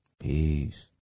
peace